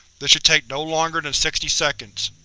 this should take no longer than sixty seconds.